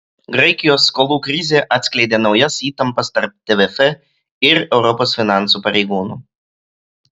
graikijos skolų krizė atskleidė naujas įtampas tarp tvf ir europos finansų pareigūnų